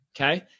Okay